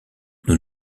nous